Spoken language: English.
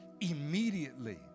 immediately